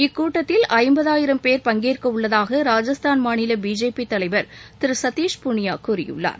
இக்கூட்டத்தில் ஐம்பதாயிரம் பேர் பங்கேற்கவுள்ளதாக ராஜஸ்தான் மாநில பிஜேபி தலைவர் திரு சத்தீஷ் பூனியா கூறியுள்ளார்